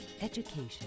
education